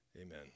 amen